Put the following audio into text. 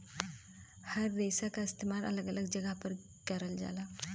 हर रेसा क इस्तेमाल अलग अलग जगह पर करल जाला